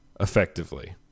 Effectively